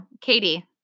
Katie